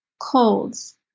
colds